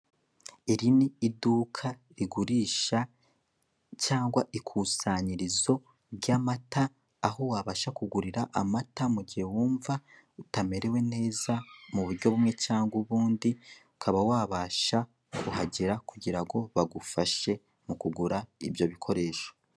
Iri ni iduka rigurisha cyangwa ikusanyirizo ry'amata, aho wabasha kugurira amata mu gihe wumva utamerewe neza mu buryo bumwe cyangwa ubundi, ukaba wabasha kuhagera kugira ngo bagufashe mu kugura ibyo bikoresho.